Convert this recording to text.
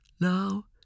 now